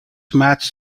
matched